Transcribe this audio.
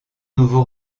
nouveau